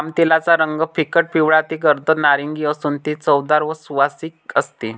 पामतेलाचा रंग फिकट पिवळा ते गर्द नारिंगी असून ते चवदार व सुवासिक असते